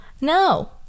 no